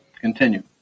Continue